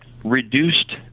reduced